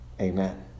Amen